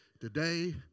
today